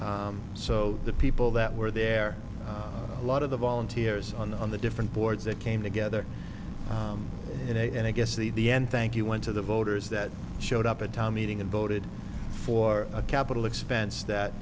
so the people that were there a lot of the volunteers on the different boards that came together and i guess the the end thank you went to the voters that showed up at a town meeting and voted for a capital expense that